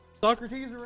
Socrates